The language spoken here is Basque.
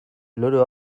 loro